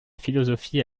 philosophie